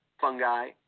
fungi